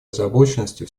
озабоченности